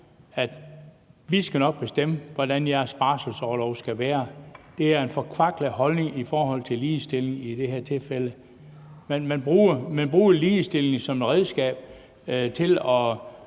det: Vi skal nok bestemme, hvordan jeres barselsorlov skal være. Det er en forkvaklet holdning i forhold til ligestilling. Man bruger ligestillingen som et redskab og